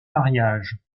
mariage